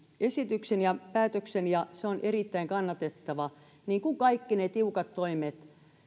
esityksen ja päätöksen ja se on erittäin kannatettava niin kuin kaikki ne tiukat toimet